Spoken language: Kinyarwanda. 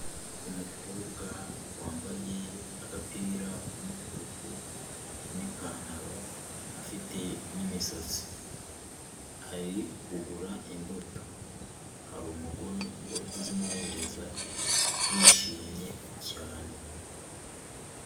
Umukobwa wambaye agapira k'umutuku n'ipantaro afite n'imisatsi, ari kugura imbuto. Hari umugore uri kuzimuhereza yishimye cyane.